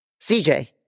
CJ